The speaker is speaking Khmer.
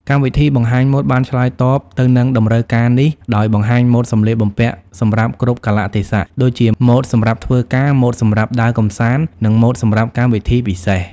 កម្មវិធីបង្ហាញម៉ូដបានឆ្លើយតបទៅនឹងតម្រូវការនេះដោយបង្ហាញម៉ូដសម្លៀកបំពាក់សម្រាប់គ្រប់កាលៈទេសៈ ដូចជា ម៉ូដសម្រាប់ធ្វើការ ម៉ូដសម្រាប់ដើរកម្សាន្ត និង ម៉ូដសម្រាប់កម្មវិធីពិសេស។